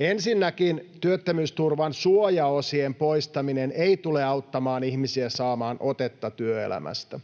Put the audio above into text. Ensinnäkin työttömyysturvan suojaosien poistaminen ei tule auttamaan ihmisiä saamaan otetta työelämästä.